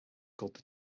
called